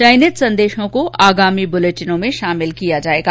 चयनित संदेशों को आगामी बुलेटिनों में शामिल किया जाएगा